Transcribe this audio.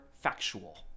factual